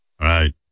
Right